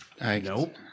Nope